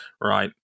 right